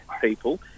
people